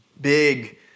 big